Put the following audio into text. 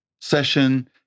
session